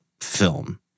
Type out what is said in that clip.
film